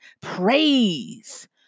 praise